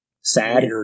sad